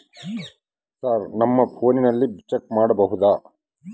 Sir ನಮ್ಮ ಫೋನಿನಲ್ಲಿ check ಮಾಡಬಹುದಾ?